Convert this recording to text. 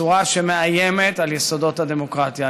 בצורה שמאיימת על יסודות הדמוקרטיה,